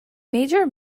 major